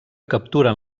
capturen